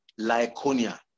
Lyconia